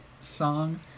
song